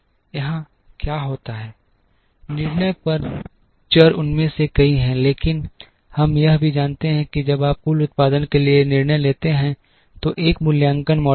यहां क्या होता है निर्णय चर उनमें से कई हैं लेकिन हम यह भी जानते हैं कि जब आप कुल उत्पादन के लिए निर्णय लेते हैं तो एक मूल्यांकन मॉडल में